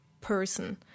person